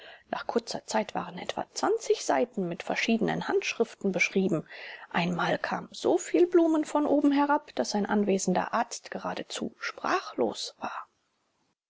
nach kurzer zeit waren etwa seiten mit verschiedenen handschriften beschrieben einmal kamen soviel blumen von oben herab daß ein anwesender arzt geradezu sprachlos war